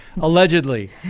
Allegedly